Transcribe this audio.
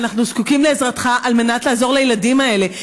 אנחנו זקוקים לעזרתך על מנת לעזור לילדים האלה.